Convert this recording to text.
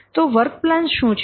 તો work plan શું છે